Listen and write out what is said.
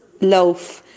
loaf